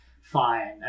fine